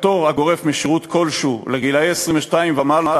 הפטור הגורף משירות כלשהו לגילאי 22 ומעלה